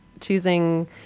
choosing